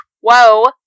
whoa